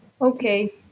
Okay